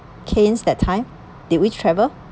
cairns that time did we travel